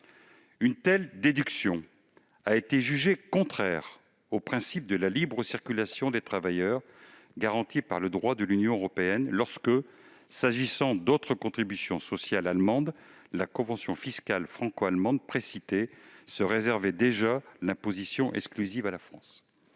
Une telle déduction a été jugée contraire au principe de libre circulation des travailleurs garanti par le droit de l'Union européenne lorsque, s'agissant d'autres contributions sociales allemandes, la convention fiscale franco-allemande précitée en réservait déjà l'imposition exclusive à la France.